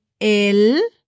el